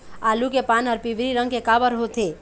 आलू के पान हर पिवरी रंग के काबर होथे?